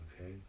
Okay